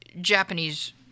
Japanese